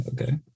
okay